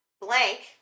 Blank